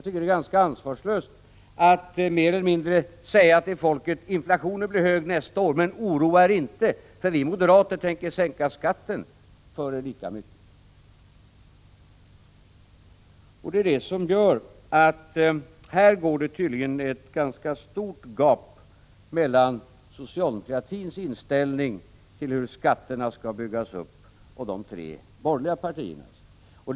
Det är ganska ansvarslöst att mer eller mindre säga till folket: Inflationen blir högre nästa år, men oroa er inte, för vi moderater tänker sänka skatten för er lika mycket. Det är detta som gör att det tydligen finns ett stort gap mellan socialdemokratins inställning till hur skatterna skall byggas upp och de tre borgerliga partiernas.